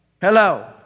Hello